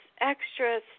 extra